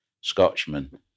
Scotchman